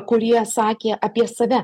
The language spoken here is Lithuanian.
kurie sakė apie save